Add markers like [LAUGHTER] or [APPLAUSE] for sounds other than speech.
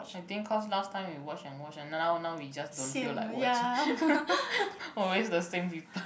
I think cause last time we watch and watch and then now now we just don't feel like watching [LAUGHS] always the same people